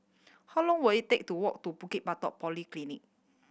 how long will it take to walk to Bukit Batok Polyclinic